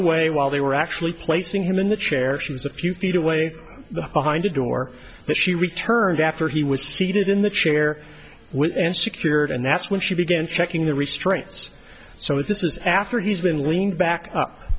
away while they were actually placing him in the chair she was a few feet away behind a door but she returned after he was seated in the chair with and secured and that's when she began checking the restraints so this is after he's been leaning back up